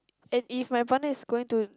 and if my partner is going to